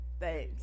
thanks